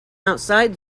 outside